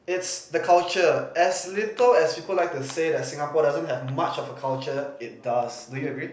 it's the culture as little as people like to say that Singapore doesn't have much of a culture it does do you agree